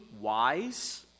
wise